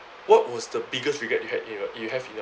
what was the biggest regret you had you have in your